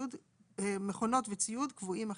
וציוד קבועים אחרים".